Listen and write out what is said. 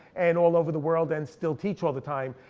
and all over the world, and still teach all the time.